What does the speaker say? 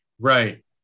right